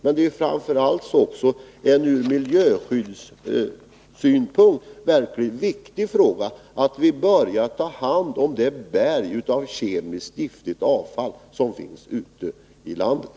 Men det är framför allt ur miljöskyddssynpunkt verkligen viktigt att vi börjar ta hand om det berg av giftigt kemiskt avfall som finns ute i landet.